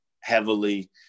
heavily